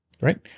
right